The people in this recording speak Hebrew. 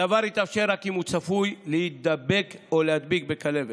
הדבר יתאפשר רק אם הוא צפוי להידבק או להדביק בכלבת.